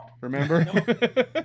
Remember